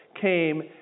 came